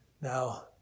now